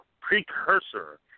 precursor